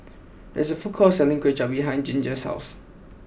there is a food court selling Kuay Chap behind Ginger's house